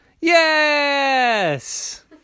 Yes